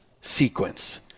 sequence